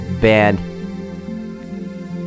band